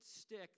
stick